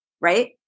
right